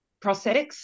prosthetics